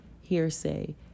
hearsay